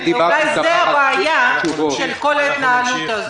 אולי זו הבעיה של כל ההתנהלות הזו?